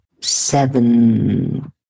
seven